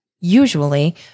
usually